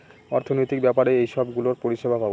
অর্থনৈতিক ব্যাপারে এইসব গুলোর পরিষেবা পাবো